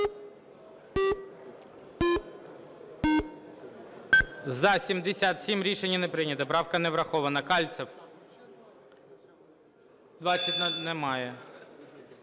За-77 Рішення не прийнято. Правка не врахована. Кальцев. 20… Немає.